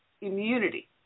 immunity